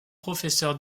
professeur